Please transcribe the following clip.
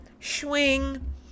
swing